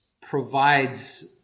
provides